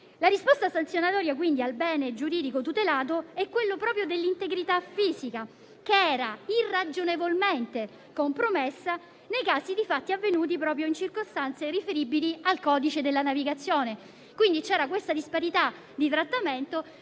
La risposta sanzionatoria al bene giuridico tutelato è proprio l'integrità fisica, che era irragionevolmente compromessa nel caso di fatti avvenuti proprio in circostanze riferibili al codice della navigazione; quindi, c'era una disparità di trattamento